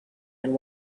and